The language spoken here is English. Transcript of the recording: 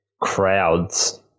Crowds